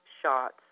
shots